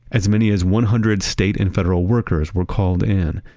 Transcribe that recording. as many as one hundred state and federal workers were called in.